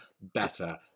better